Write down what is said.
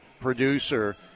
producer